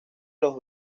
los